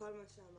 כל מה שאמרת